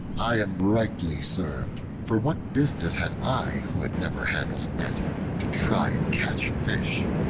i am rightly served for what business had i who had never handled a net to try and catch fish?